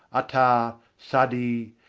attar, sadi,